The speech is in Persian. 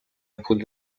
پول